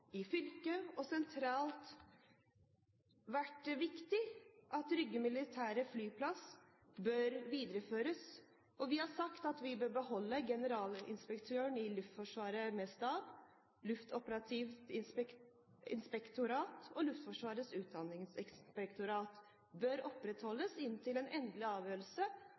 i fylket og sentralt vært viktig å si at Rygge militære flyplass bør videreføres, og vi har sagt at vi bør beholde generalinspektøren for Luftforsvaret med stab. Luftoperativt inspektorat og Luftforsvarets utdanningsinspektorat bør opprettholdes inntil en endelig avgjørelse